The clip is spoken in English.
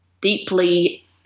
deeply